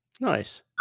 Nice